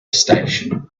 station